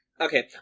Okay